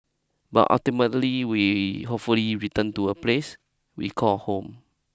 but ultimately we hopefully return to a place we call home